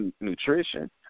nutrition